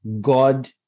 God